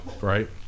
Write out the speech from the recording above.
right